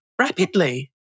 rapidly